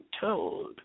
told